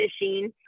fishing